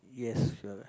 yes fair